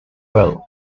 well